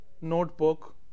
notebook